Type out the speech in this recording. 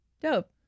dope